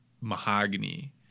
mahogany